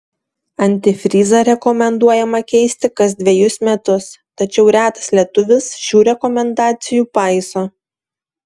antifrizą rekomenduojama keisti kas dvejus metus tačiau retas lietuvis šių rekomendacijų paiso